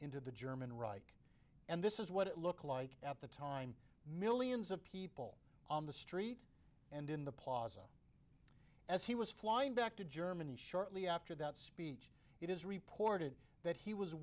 into the german reich and this is what it looked like at the time millions of people on the street and in the plaza as he was flying back to germany shortly after that speech it is reported that he was